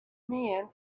men